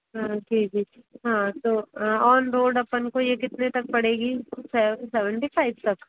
हाँ जी जी हाँ तो ऑन रोड ये अपन को कितने तक पड़ेगी सेवनटी फाइव तक